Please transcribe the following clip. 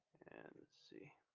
and see,